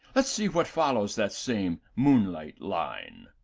let's see what follows that same moonlight line.